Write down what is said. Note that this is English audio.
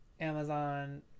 Amazon